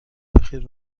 بخیر